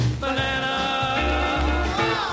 Banana